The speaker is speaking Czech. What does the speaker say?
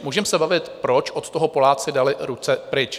Můžeme se bavit, proč od toho Poláci dali ruce pryč.